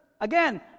again